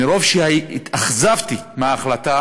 מרוב שהתאכזבתי מההחלטה